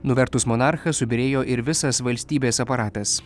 nuvertus monarchą subyrėjo ir visas valstybės aparatas